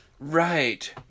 Right